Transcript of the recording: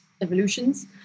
evolutions